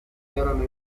erano